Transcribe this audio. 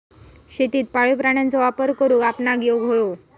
शेतीत पाळीव प्राण्यांचो वापर करुक आपणाक येउक हवो